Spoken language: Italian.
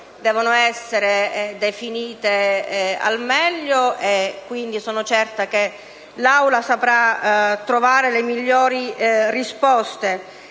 ancora essere definite al meglio e quindi sono certa che l'Assemblea saprà trovare le migliori risposte